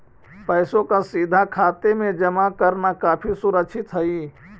पैसों का सीधा खाते में जमा करना काफी सुरक्षित हई